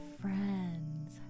friends